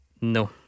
No